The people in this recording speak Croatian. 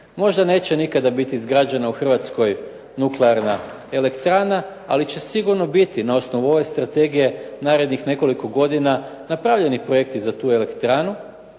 Možda neće nikada bit izgrađena u Hrvatskoj nuklearna elektrana, ali će sigurno biti na osnovu ove strategije narednih nekoliko godina napravljeni projekti za tu elektranu